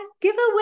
giveaway